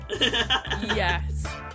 Yes